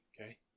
okay